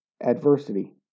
Adversity